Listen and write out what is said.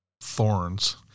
thorns